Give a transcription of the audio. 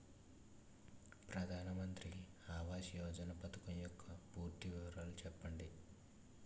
ప్రధాన మంత్రి ఆవాస్ యోజన పథకం యెక్క పూర్తి వివరాలు చెప్పండి?